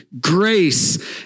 grace